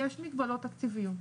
יש מגבלות תקציביות,